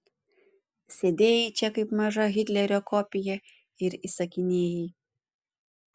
sėdėjai čia kaip maža hitlerio kopija ir įsakinėjai